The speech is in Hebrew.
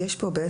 יש פה חוק,